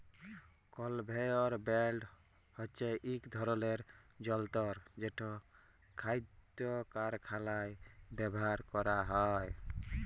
conveyor belt হছে ইক ধরলের যল্তর যেট খাইদ্য কারখালায় ব্যাভার ক্যরা হ্যয়